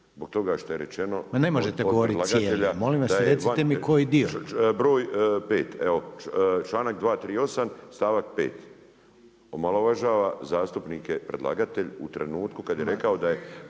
… /Upadica Rainer: Ma ne možete govoriti cijeli, molim vas recite mi koji dio./… broj 5. evo članak 238. stavak 5. omalovažava zastupnike predlagatelj u trenutku kad je rekao da je